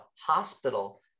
hospital